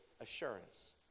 assurance